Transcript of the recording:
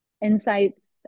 insights